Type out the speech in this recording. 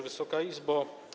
Wysoka Izbo!